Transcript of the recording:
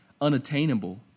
unattainable